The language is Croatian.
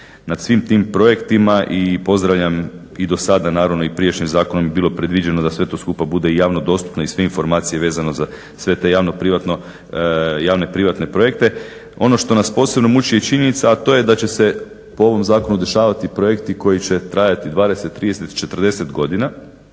nad svim tim projektima. I pozdravljam i do sada naravno i prijašnjim zakonom je bilo predviđeno da sve to skupa bude i javno dostupno i sve informacije vezano za sve te javne privatne projekte. Ono što nas posebno muči je činjenica, a to je da će se po ovom zakonu dešavati projekti koji će trajati 20, 30 ili 40 godina